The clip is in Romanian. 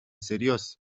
serios